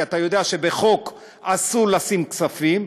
כי אתה יודע שבחוק אסור לשים כספים,